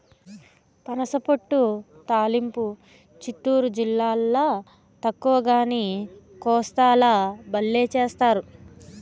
పనసపొట్టు తాలింపు చిత్తూరు జిల్లాల తక్కువగానీ, కోస్తాల బల్లే చేస్తారు